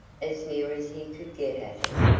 as near as he could get at it,